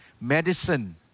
medicine